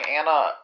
Anna